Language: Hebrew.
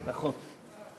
ברכות.